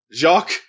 Jacques